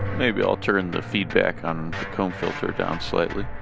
maybe i'll turn the feedback on the comb filter down slightly.